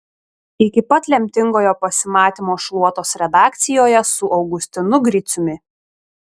iki pat lemtingojo pasimatymo šluotos redakcijoje su augustinu griciumi